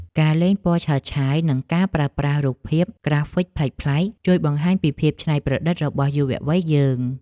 ការលេងពណ៌ឆើតឆាយ និងការប្រើប្រាស់រូបភាពក្រាហ្វិកប្លែកៗ ជួយបង្ហាញពីភាពច្នៃប្រឌិតរបស់យុវវ័យយើង។